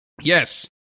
yes